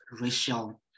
racial